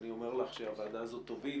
אני אומר לך שהוועדה הזאת תוביל